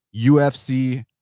ufc